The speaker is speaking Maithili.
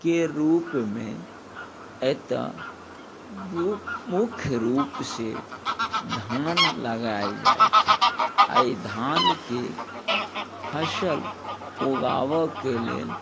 के रूपमे एतऽ रू मुख्य रूपसे धान लगायल जाइत छै एहि धानके फसल उगाबऽ के लेल